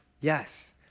Yes